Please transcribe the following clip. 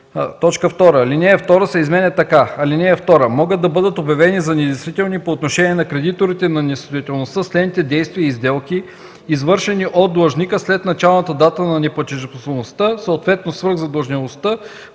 2. Алинея 2 се изменя така: „(2) Могат да бъдат обявени за недействителни по отношение на кредиторите на несъстоятелността следните действия и сделки, извършени от длъжника след началната дата на неплатежоспособността, съответно свръхзадължеността,